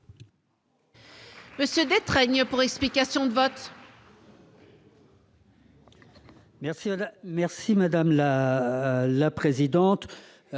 M. Yves Détraigne, pour explication de vote.